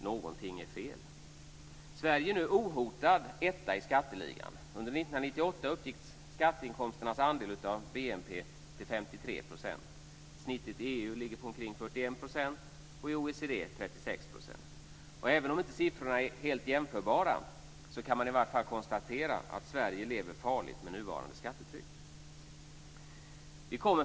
Någonting är fel. Sverige är nu ohotad etta i skatteligan. Under 53 %. Snittet i EU ligger på omkring 41 % och i OECD på 36 %. Även om siffrorna inte är exakt jämförbara, så måste man konstatera att Sverige lever farligt med nuvarande skattetryck. Fru talman!